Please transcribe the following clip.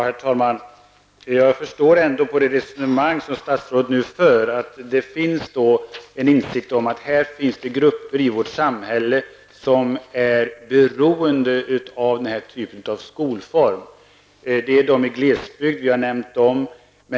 Herr talman! Av det resonemang som statsrådet nu för förstår jag att det finns en insikt om att det finns grupper i vårt samhälle som är beroende av denna typ av skolform. Det gäller personer i glesbygd, jag har nämnt dem.